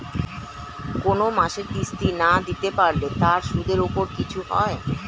কোন মাসের কিস্তি না দিতে পারলে তার সুদের উপর কিছু হয়?